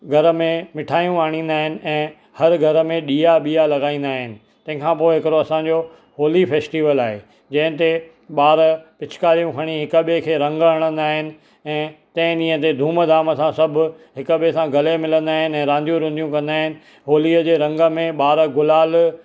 घर में मिठायूं आणींदा आहिनि ऐं हर घर में ॾीया बिया लॻाईंदा आहिनि तंहिंखां पोइ हिकिड़ो असांजो होली फैस्टिवल आहे जंहिं ते ॿार पिचकारियूं खणी हिकु ॿिए खे रंगु हणंदा आहिनि ऐं तंहिं ॾींहं ते धूम धाम सां सभु हिकु ॿिए सां गले मिलंदा आहिनि ऐं रांदियूं रुंदियूं कंदा आहिनि होलीअ जे रंग में ॿार गुलाल